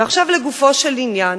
ועכשיו לגופו של עניין.